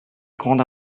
grande